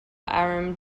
aram